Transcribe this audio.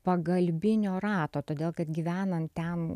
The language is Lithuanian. pagalbinio rato todėl kad gyvenant ten